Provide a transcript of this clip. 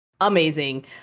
amazing